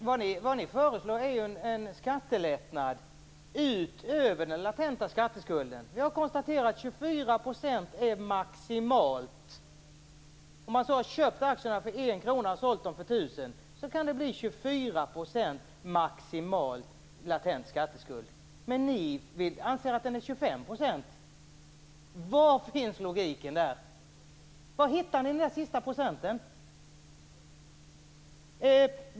Herr talman! Jag tror inte att Michael Stjernström skall ta ordet "logik" sin mun. Vad ni föreslår är ju en skattelättnad utöver den latenta skatteskulden. Vi har konstaterat att 24 % är maximalt. Om man så har köpt aktierna för en krona och sålt dem för tusen, så kan det maximalt bli 24 % i latent skatteskuld. Men ni anser att det handlar om 25 %. Var finns logiken där? Var hittar ni den sista procenten?